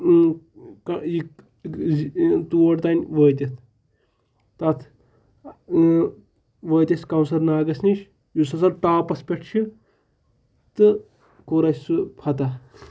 تور تام وٲتِتھ تَتھ وٲتۍ أسۍ کَوثَر ناگَس نِش یُس ہَسا ٹاپَس پٮ۪ٹھ چھِ تہٕ کوٚر اَسہِ سُہ فَتح